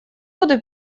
буду